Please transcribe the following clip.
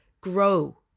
grow